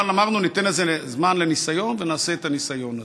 אמרנו שניתן לזה זמן לניסיון ונעשה את הניסיון הזה.